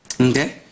Okay